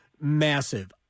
massive